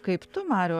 kaip tu mariau